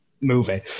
movie